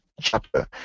chapter